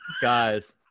Guys